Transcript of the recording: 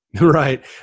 Right